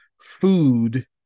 Food